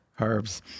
Herbs